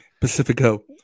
Pacifico